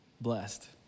blessed